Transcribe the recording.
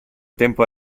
tempo